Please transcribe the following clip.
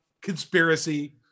conspiracy